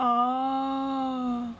orh